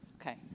Okay